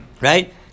right